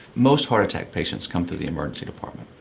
most heart attack patients come to the emergency department.